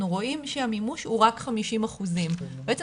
אנחנו רואים שהמימוש הוא רק 50%. בעצם